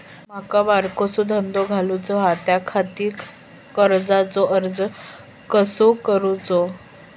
माका बारकोसो धंदो घालुचो आसा त्याच्याखाती कर्जाचो अर्ज कसो करूचो?